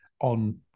on